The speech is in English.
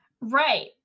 right